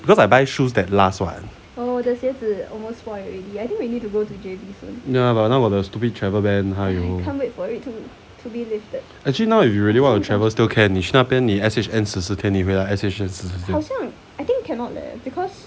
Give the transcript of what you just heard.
because I buy shoes that last what ya but now got the so called travel ban !haiyo! actually now if you really want to travel still can 你去那边 S_H_N 十四天你回来 S_H_N 十四天